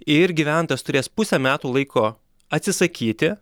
ir gyventojas turės pusę metų laiko atsisakyti